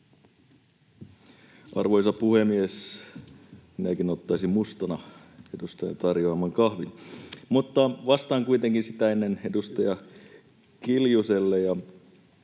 Arvoisa puhemies! Minäkin ottaisin mustana edustajan tarjoaman kahvin. Vastaan kuitenkin sitä ennen edustaja Kiljuselle.